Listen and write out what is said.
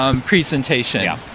presentation